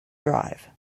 drive